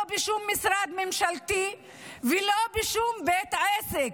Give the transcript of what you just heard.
לא בשום משרד ממשלתי ולא בשום בית עסק.